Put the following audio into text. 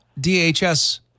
DHS